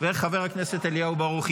וחבר הכנסת אליהו ברוכי.